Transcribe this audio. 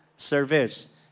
service